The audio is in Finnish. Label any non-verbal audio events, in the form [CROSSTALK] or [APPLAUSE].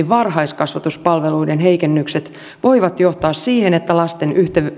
[UNINTELLIGIBLE] varhaiskasvatuspalveluiden heikennykset voivat johtaa siihen että lasten